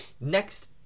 Next